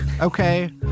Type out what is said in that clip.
okay